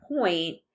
point